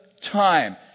time